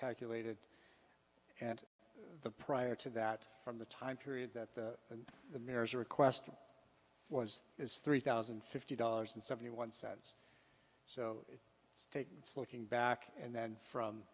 calculated and the prior to that from the time period that the mayor's request was is three thousand and fifty dollars and seventy one cents so it's take it's looking back and then from